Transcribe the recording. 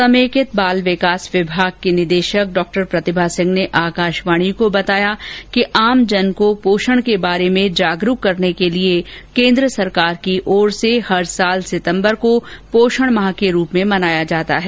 समेकीय बाल विकास विभाग की निदेशक डॉक्टर प्रतिभा सिंह ने आकाशवाणी को बताया कि आमजन को पोषण के बारे में जागरुक करने के लिए केन्द्र सरकार की ओर से सितम्बर को पोषण माह के रूप में मनाया जाता है